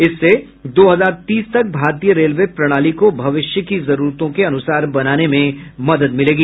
इससे दो हजार तीस तक भारतीय रेलवे प्रणाली को भविष्य की जरूरतों के अनुसार बनाने में मदद मिलेगी